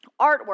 artwork